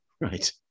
Right